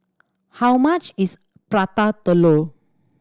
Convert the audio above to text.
how much is Prata Telur